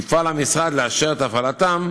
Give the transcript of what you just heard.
יפעל המשרד לאשר את הפעלתם,